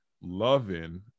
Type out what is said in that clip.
loving